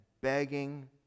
begging